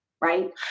Right